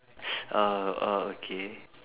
oh oh okay